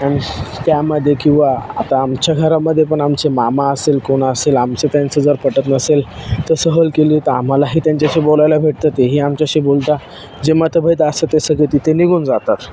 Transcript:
अन त्यामध्ये किंवा आता आमच्या घरामध्ये पण आमचे मामा असेल कोण असेल आमचं त्यांचं जर पटत नसेल तर सहल केली तरं आम्हालाही त्यांच्याशी बोलायला भेटतं तेही आमच्याशी बोलता जे मतभेद असतं ते सगळं तथे निघून जातात